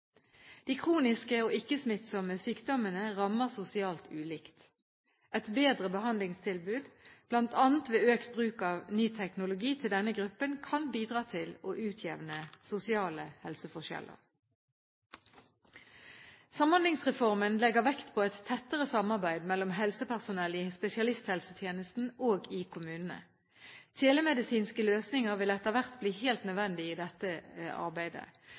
De kroniske og ikke-smittsomme sykdommene rammer sosialt ulikt. Et bedre behandlingstilbud, bl.a. ved økt bruk av ny teknologi til denne gruppen, kan bidra til å utjevne sosiale helseforskjeller. Samhandlingsreformen legger vekt på et tettere samarbeid mellom helsepersonell i spesialisthelsetjenesten og i kommunene. Telemedisinske løsninger vil etter hvert bli helt nødvendig i dette arbeidet.